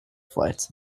flights